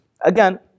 Again